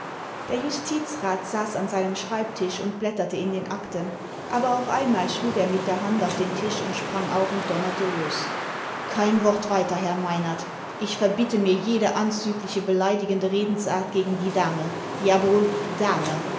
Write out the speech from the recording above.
der justizrat saß an seinem schreibtisch und blätterte in den akten aber auf einmal schlug er mit der hand auf den tisch und sprang auf imd donnerte los kein wort weiter herr meinert ich verbitte nur jede anzügliche beleidigende redensart gegen die dame jawohl damel